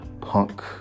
punk